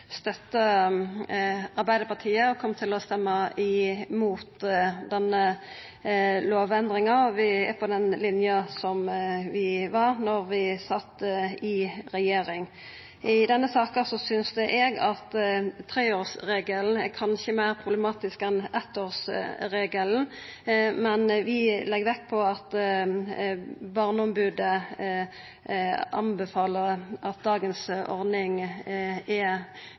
støtta Arbeidarpartiet og kjem til å røysta imot denne lovendringa. Vi er på den lina som vi var da vi satt i regjering. I denne saka synest eg at treårsregelen kanskje er meir problematisk enn eittårsregelen, men vi legg vekt på at barneombodet anbefaler dagens ordning, dei meiner den er